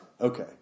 Okay